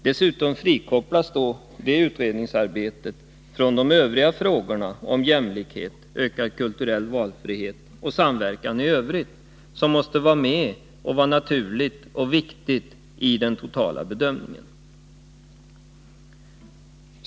Dessutom frikopplas det från de övriga frågorna om jämlikhet, ökad kulturell valfrihet och samverkan i Övrigt, som måste vara viktiga i den totala bedömningen.